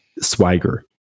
swagger